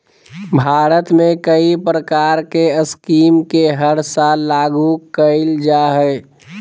भारत में कई प्रकार के स्कीम के हर साल लागू कईल जा हइ